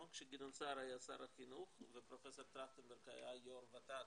כשגדעון סער היה שר החינוך ופרופ' טרכטנברג היה יו"ר ות"ת.